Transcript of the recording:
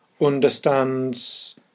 understands